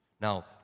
Now